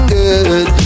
good